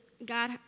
God